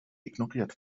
ignoriert